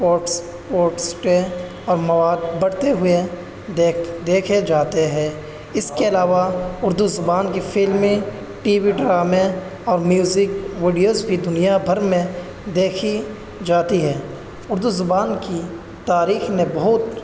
pots پوٹسٹیں اور مواد بڑھتے ہوئے دیکھ دیکھے جاتے ہے اس کے علاوہ اردو زبان کی فلمیں ٹی وی ڈرامے اور میوزک ویڈیوز بھی دنیا بھر میں دیکھی جاتی ہے اردو زبان کی تاریخ نے بہت